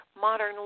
modern